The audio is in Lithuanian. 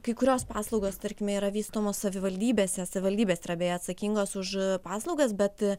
kai kurios paslaugos tarkime yra vystomos savivaldybėse savivaldybės yra beje atsakingos už paslaugas bet